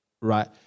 Right